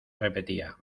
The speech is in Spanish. repetía